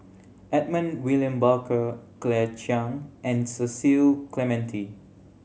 Edmund William Barker Claire Chiang and Cecil Clementi